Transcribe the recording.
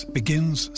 begins